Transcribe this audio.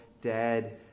dead